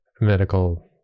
medical